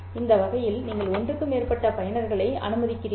அந்த வகையில் நீங்கள் ஒன்றுக்கு மேற்பட்ட பயனர்களை அனுமதிக்கிறீர்கள்